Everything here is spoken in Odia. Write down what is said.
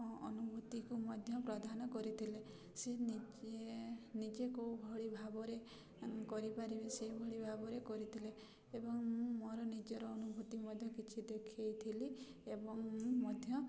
ଅନୁଭୂତିକୁ ମଧ୍ୟ ପ୍ରଧାନ କରିଥିଲେ ସେ ନିଜେ ନିଜେ କେଉଁଭଳି ଭାବରେ କରିପାରିବେ ସେଭଳି ଭାବରେ କରିଥିଲେ ଏବଂ ମୁଁ ମୋର ନିଜର ଅନୁଭୂତି ମଧ୍ୟ କିଛି ଦେଖେଇଥିଲି ଏବଂ ମୁଁ ମଧ୍ୟ